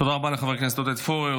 תודה רבה לחבר הכנסת עודד פורר.